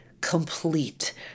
complete